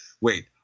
wait